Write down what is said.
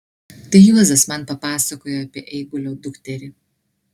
tai juozas man papasakojo apie eigulio dukterį